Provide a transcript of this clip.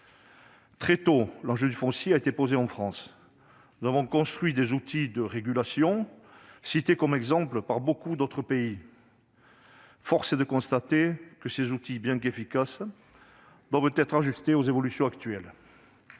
Très tôt, l'enjeu du foncier a été posé en France. Nous avons construit des outils de régulation, cités en exemple par nombre d'autres pays. Force est de constater que ces outils, bien qu'ils soient efficaces, doivent être adaptés aux évolutions actuelles.